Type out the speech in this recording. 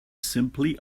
simply